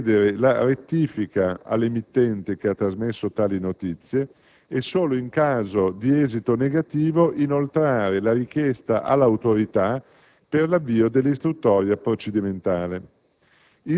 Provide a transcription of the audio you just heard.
richiedere la rettifica all'emittente che ha trasmesso tali notizie e, solo in caso di esito negativo, inoltrare la richiesta all'Autorità per l'avvio dell'istruttoria procedimentale.